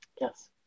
yes